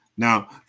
Now